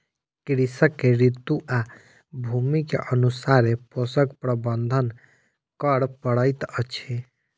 कृषक के ऋतू आ भूमि के अनुसारे पोषक प्रबंधन करअ पड़ैत अछि